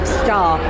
star